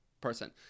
person